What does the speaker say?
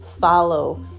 follow